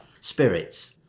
Spirits